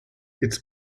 its